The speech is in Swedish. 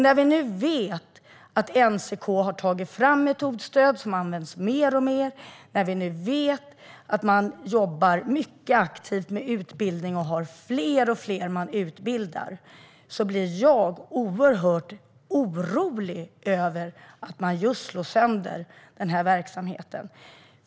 När vi nu vet att NCK har tagit fram metodstöd som används mer och mer och att man jobbar mycket aktivt med utbildning och utbildar fler och fler blir jag oerhört orolig över att man slår sönder den här verksamheten.